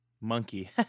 monkey